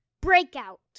Breakout